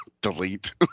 delete